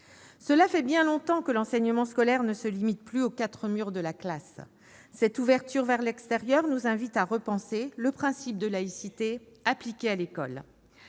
Cela fait bien longtemps que l'enseignement scolaire ne se limite plus aux quatre murs de la classe. Cette ouverture vers l'extérieur nous invite à repenser le principe de laïcité appliqué à l'école.